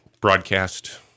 broadcast